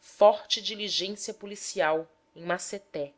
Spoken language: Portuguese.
forte diligência policial em massete